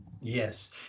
yes